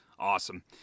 Awesome